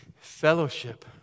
Fellowship